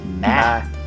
bye